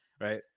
right